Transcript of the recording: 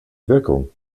wirkung